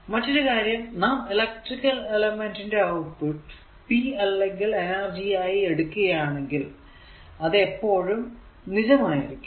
മറ്റൊരു കാര്യം നാം എലെക്ട്രിക്കൽ എലമെന്റ് ന്റെ ഔട്ട്പുട്ട് p അല്ലെങ്കിൽ എനർജി ആയി എടുക്കുകയാണേൽ അത് എപ്പോഴും നിജമായിരിക്കും